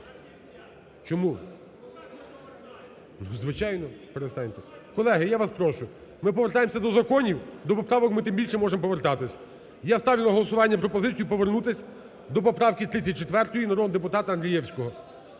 просить її підтримати. Колеги, я вас прошу, ми повертаємось до законів, а до поправок ми тим більше можемо повертатись. І я ставлю на голосування пропозицію повернутись до поправки 34-ї народного депутата Андрієвського.